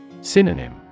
Synonym